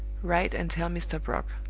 write and tell mr. brock.